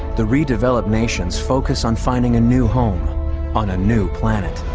the redeveloped nations focus on finding a new home on a new planet.